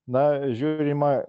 na žiūrima